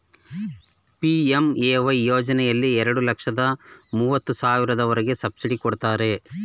PMAY ಯೋಜನೆಯಲ್ಲಿ ಎರಡು ಲಕ್ಷದ ಮೂವತ್ತು ಸಾವಿರದವರೆಗೆ ಸಬ್ಸಿಡಿ ಕೊಡ್ತಾರೆ